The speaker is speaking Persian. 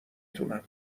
تونم